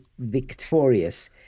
victorious